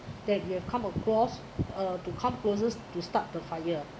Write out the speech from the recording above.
that you have come across uh to come closest to start the fire